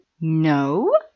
No